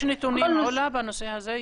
יש נתונים עולא בנושא הזה?